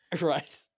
Right